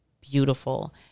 beautiful